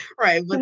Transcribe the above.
right